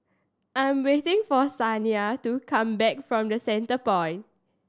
I'm waiting for Saniya to come back from The Centrepoint